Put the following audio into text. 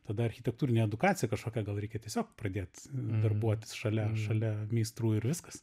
tada architektūrinė edukacija kažkokia gal reikia tiesiog pradėt darbuotis šalia šalia meistrų ir viskas